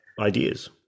ideas